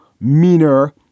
meaner